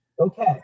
Okay